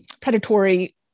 predatory